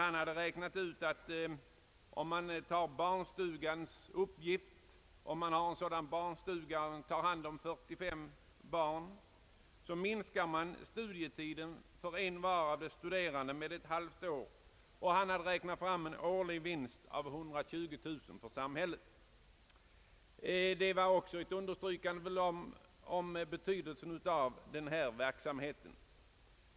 Han hade räknat ut att en barnstuga med plats för 45 barn skulle minska studietiden för varje student, som där fick placera sitt barn, med ungefär ett halvt år. Han hade också räknat fram en årlig vinst för samhället på 120000 kronor. Det var ett understrykande av betydelsen av denna verksamhet.